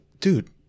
Dude